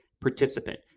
participant